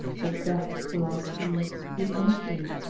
but death will i choose, in any shape,